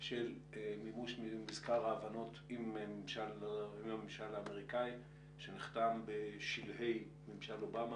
של מימוש מזכר ההבנות עם הממשל האמריקאי שנחתם בשלהי ממשל אובמה,